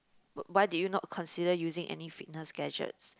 w~ why do you not consider using any fitness gadgets